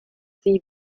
sie